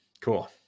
cool